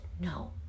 No